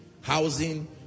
housing